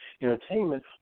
entertainment